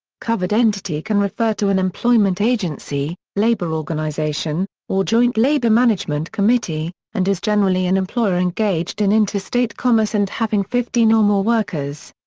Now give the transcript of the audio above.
covered entity can refer to an employment agency, labor organization, or joint labor-management committee, and is generally an employer engaged in interstate commerce and having fifteen or more workers.